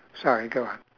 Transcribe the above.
sorry go on